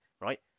right